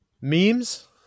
Memes